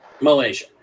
malaysia